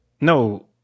No